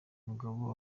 mugabo